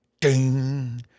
ding